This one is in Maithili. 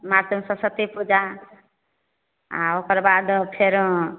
मार्च मे सरस्वती पूजा आ ओकर बाद फेर